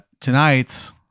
tonight